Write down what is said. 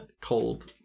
cold